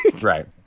Right